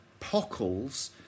pockles